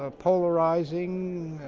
ah polarizing,